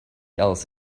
else